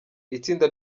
itsinda